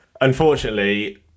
unfortunately